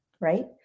right